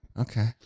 Okay